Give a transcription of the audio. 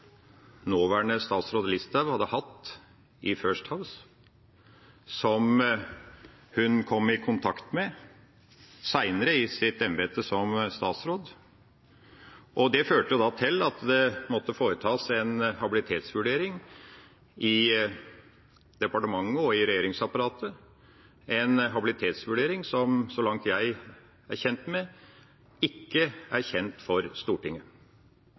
nåværende statsråd Listhaug hadde hatt i First House, som hun kom i kontakt med senere i sitt embete som statsråd. Det førte til at det måtte foretas en habilitetsvurdering i departementet og i regjeringsapparatet, en habilitetsvurdering som, så langt jeg er kjent med, ikke er kjent for Stortinget.